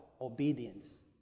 Obedience